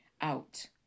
out